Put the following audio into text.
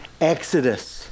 exodus